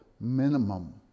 Minimum